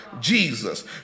Jesus